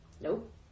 Nope